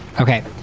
Okay